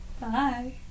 bye